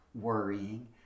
worrying